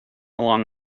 along